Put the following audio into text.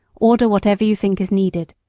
order whatever you think is needed,